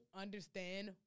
understand